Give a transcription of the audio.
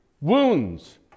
wounds